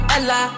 Ella